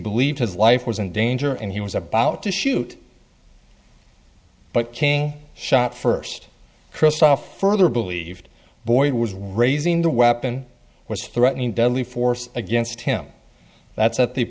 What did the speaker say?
believed his life was in danger and he was about to shoot but king shot first kristoff further believed boyd was raising the weapon was threatening deadly force against him that's at the